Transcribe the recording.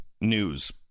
news